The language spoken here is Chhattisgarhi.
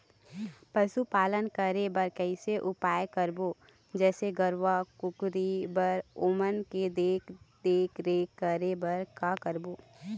पशुपालन करें बर कैसे उपाय करबो, जैसे गरवा, कुकरी बर ओमन के देख देख रेख करें बर का करबो?